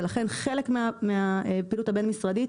ולכן חלק מהפעילות הבין משרדית,